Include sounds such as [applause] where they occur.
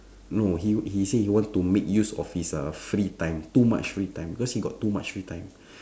no he w~ he say he want to make use of his free time too much free time cause he got too much free time [breath]